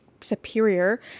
superior